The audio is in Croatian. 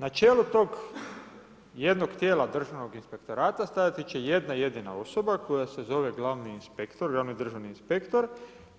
Na čelu tog jednog tijela Državnog inspektorata stajati će jedna jedina osoba koja se zove glavni inspektor, glavni državni inspektor,